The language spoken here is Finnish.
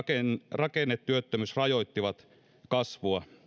rakennetyöttömyys rajoittivat kasvua